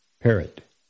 Parrot